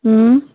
हम्म